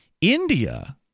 India